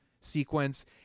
sequence